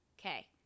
Okay